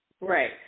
right